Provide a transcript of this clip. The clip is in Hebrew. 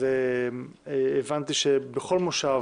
הבנתי שבכל מושב